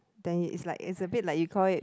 then it's like it's a bit like you call it